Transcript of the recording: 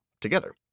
together